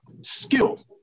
skill